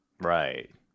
Right